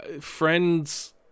friends